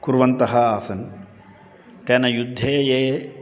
कुर्वन्तः आसन् तेन युद्धे ये